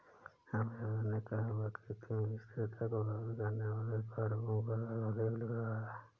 रामप्रसाद ने कहा कि वह खेती में स्थिरता को प्रभावित करने वाले कारकों पर आलेख लिख रहा है